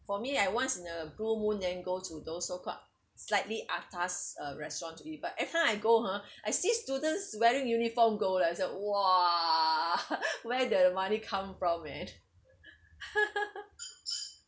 for me I once in a blue moon then go to those so called slightly atas uh restaurant to eat but everytime I go ha I sees students wearing uniform go I was like !wah! where the money come from man